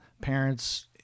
parents